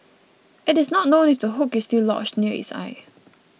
it is not known if the hook is still lodged near its eye